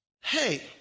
hey